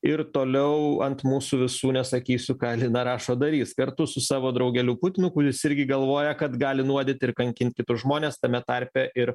ir toliau ant mūsų visų nesakysiu ką alina rašo darys kartu su savo draugeliu putinu kuris irgi galvoja kad gali nuodyt ir kankint kitus žmones tame tarpe ir